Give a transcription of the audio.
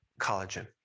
collagen